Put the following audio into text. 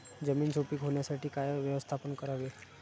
जमीन सुपीक होण्यासाठी काय व्यवस्थापन करावे?